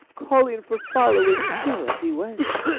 calling for followers still as he went,